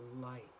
light